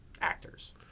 actors